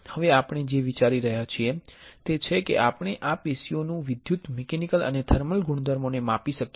હવે આપણે જે વિચારી રહ્યા છીએ તે છે કે આપણે આ પેશીના વિદ્યુત મિકેનિકલ અને થર્મલ ગુણધર્મોને માપી શકીએ અને તે માટે આપણે શું કરી શકીએ